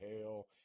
Hell